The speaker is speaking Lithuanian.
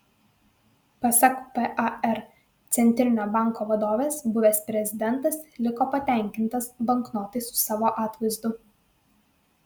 pasak par centrinio banko vadovės buvęs prezidentas liko patenkintas banknotais su savo atvaizdu